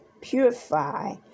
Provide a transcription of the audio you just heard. purify